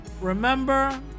Remember